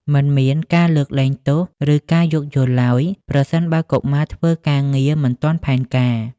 មិនមានការលើកលែងទោស ឬការយោគយល់ឡើយ ប្រសិនបើកុមារធ្វើការងារមិនទាន់ផែនការ។